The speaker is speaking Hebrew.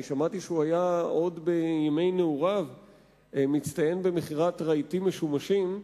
אני שמעתי שעוד בימי נעוריו הוא הצטיין במכירת רהיטים משומשים,